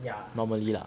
normally lah